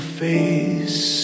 face